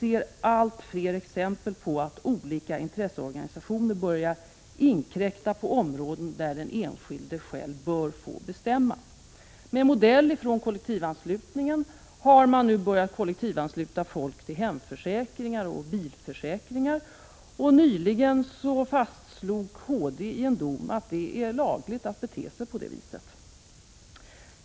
GG Om avskaffandet av fler exempel på att olika intresseorganisationer börjar inkräkta på områden j ; där den enskilde själv bör få bestämma. Med modell från kollektivanslut — kollektivanslutningen till politiskt parti ningen har man nu börjat kollektivansluta folk till hemförsäkringar och bilförsäkringar, och nyligen fastslog HD i en dom att det är lagligt att bete sig på det viset.